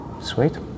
sweet